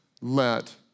let